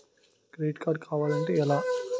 Credit card కావాలి అంటే ఎలా?